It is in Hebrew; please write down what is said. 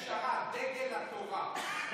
פשרה: דגל התורה.